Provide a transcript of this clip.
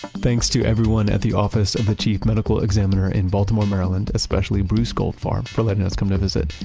thanks to everyone at the office of the chief medical examiner in baltimore, maryland, especially bruce goldfarb for letting us come to visit.